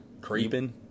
creeping